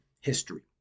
history